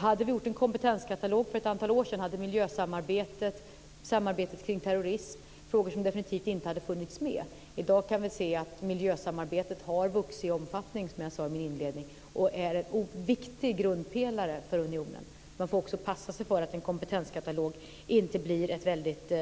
Hade vi gjort en kompetenskatalog för ett antal år sedan hade miljösamarbetet och samarbetet kring terrorism varit frågor som definitivt inte hade funnits med. I dag kan vi se att miljösamarbetet har vuxit i omfattning, som jag sade i min inledning, och är en viktig grundpelare för unionen. För det tredje får man också passa sig så att en kompetenskatalog inte blir ett väldigt